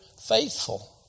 faithful